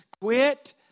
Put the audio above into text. Quit